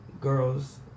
girls